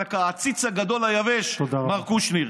העציץ הגדול היבש מר קושניר.